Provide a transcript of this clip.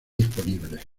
disponibles